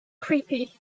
creepy